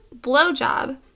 blowjob